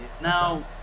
Now